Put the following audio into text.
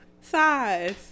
size